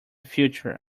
future